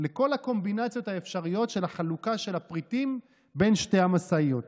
לכל הקומבינציות האפשרויות של החלוקה של הפריטים בין שתי המשאיות.